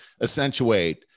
accentuate